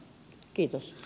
kiitos